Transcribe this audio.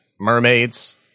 mermaids